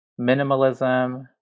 minimalism